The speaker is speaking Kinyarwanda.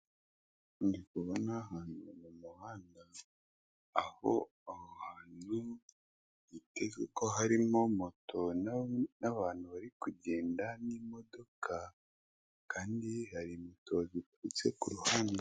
Ndi kubona ahantu mu muhanda aho aho hantu hitezwe ko harimo moto n'abantu bari kugenda n'imodoka, kandi hari moto ziturutse ku ruhande.